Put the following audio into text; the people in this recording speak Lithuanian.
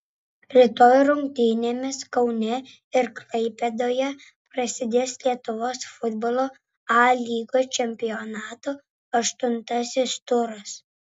rytoj rungtynėmis kaune ir klaipėdoje prasidės lietuvos futbolo a lygos čempionato aštuntasis turas